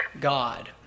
God